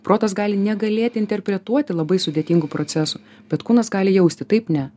protas gali negalėti interpretuoti labai sudėtingų procesų bet kūnas gali jausti taip ne